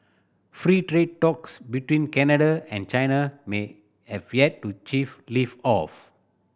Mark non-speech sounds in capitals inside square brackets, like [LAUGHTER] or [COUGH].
free trade talks between Canada and China may have yet to [UNINTELLIGIBLE] lift off